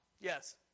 yes